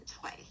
twice